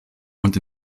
und